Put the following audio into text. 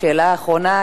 השאלה האחרונה,